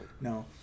No